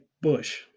bush